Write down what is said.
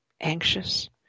anxious